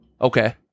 Okay